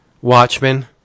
Watchmen